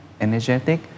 energetic